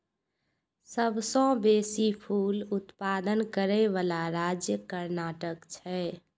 सबसं बेसी फूल उत्पादन करै बला राज्य कर्नाटक छै